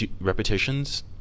repetitions